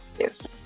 yes